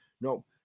no